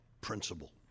principle